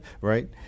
Right